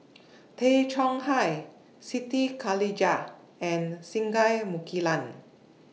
Tay Chong Hai Siti Khalijah and Singai Mukilan